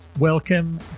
Welcome